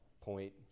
point